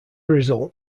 result